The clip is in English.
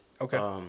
Okay